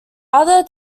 other